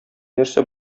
нәрсә